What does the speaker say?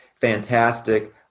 fantastic